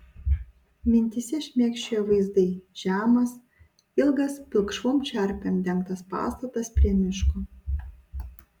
mintyse šmėkščiojo vaizdai žemas ilgas pilkšvom čerpėm dengtas pastatas prie miško